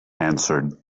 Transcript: answered